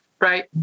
Right